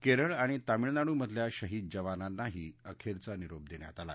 केरळ आणि ताभिळनाडू मधल्या शहीद जवानांनाही अखेरचा निरोप देण्यात आला